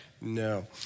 no